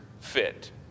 fit